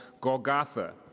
Golgotha